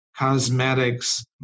cosmetics